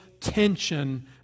tension